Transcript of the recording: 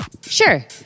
Sure